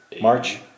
March